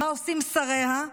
מה עושים שריה.